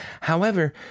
However